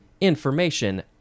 information